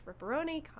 ripperoni